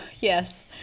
yes